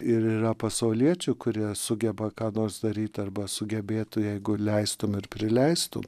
ir yra pasauliečių kurie sugeba ką nors daryti arba sugebėtų jeigu leistumei ir prileistų